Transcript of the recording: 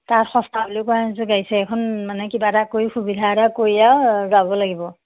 তাত সস্তা বুলি এইখন মানে কিবা এটা কৰি সুবিধা এটা কৰি আৰু যাব লাগিব